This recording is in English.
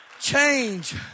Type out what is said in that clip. change